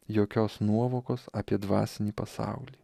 jokios nuovokos apie dvasinį pasaulį